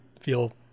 feel